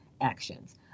actions